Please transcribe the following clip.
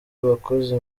wakoze